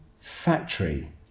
factory